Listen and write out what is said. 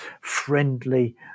friendly